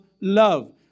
love